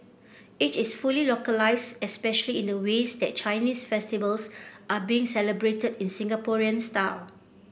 it is fully localised especially in the ways that Chinese festivals are being celebrated in Singaporean style